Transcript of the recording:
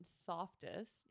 softest